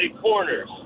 corners